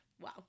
Wow